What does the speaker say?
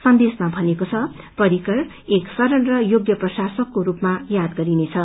सन्देशमा भनिएको छ पर्रिकर एक सरत र योग्य प्रशासकको रूपमा याद गरिनेछ